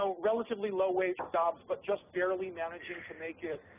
ah relatively low wage jobs, but just barely managing to make it,